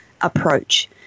approach